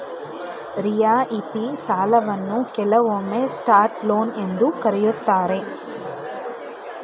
ರಿಯಾಯಿತಿ ಸಾಲವನ್ನ ಕೆಲವೊಮ್ಮೆ ಸಾಫ್ಟ್ ಲೋನ್ ಎಂದು ಕರೆಯುತ್ತಾರೆ